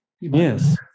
Yes